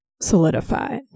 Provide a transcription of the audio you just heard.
solidified